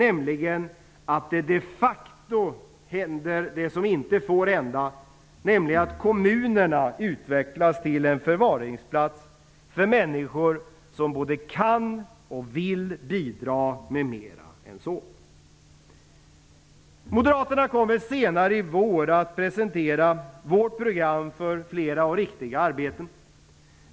Det händer de facto som inte får hända; nämligen att kommunerna utvecklas till förvaringsplats för människor som både kan och vill bidra med mer än så. Vi moderater kommer senare i vår presentera vårt program för fler riktiga arbeten.